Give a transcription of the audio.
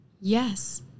yes